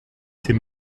ses